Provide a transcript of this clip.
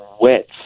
wet